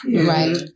Right